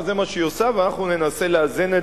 זה מה שהיא עושה ואנחנו ננסה לאזן את